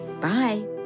Bye